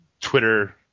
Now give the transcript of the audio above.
Twitter